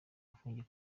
afungiye